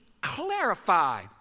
Clarify